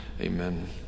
amen